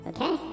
Okay